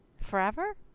Forever